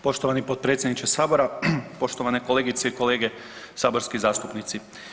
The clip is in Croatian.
Poštovani potpredsjedniče Sabora, poštovane kolegice i kolege saborski zastupnici.